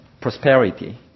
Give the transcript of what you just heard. prosperity